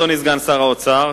אדוני סגן שר האוצר,